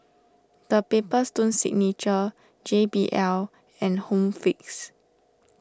the Paper Stone Signature J B L and Home Fix